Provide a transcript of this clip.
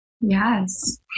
yes